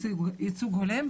"ייצוג הולם",